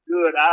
Good